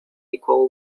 equal